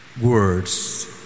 words